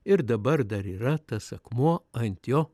ir dabar dar yra tas akmuo ant jo